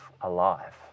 alive